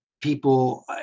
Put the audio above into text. people